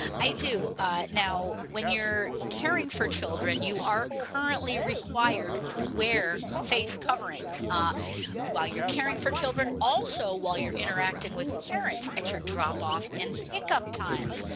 i do now when you're caring for children you are currently required to wear face coverings ah while you're caring for children also while you're interacting with parents at your drop-off and pickup times.